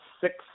six